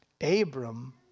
Abram